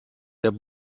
der